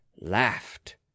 laughed